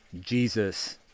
Jesus